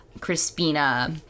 Crispina